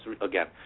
again